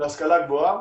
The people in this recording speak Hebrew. להשכלה גבוהה,